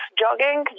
jogging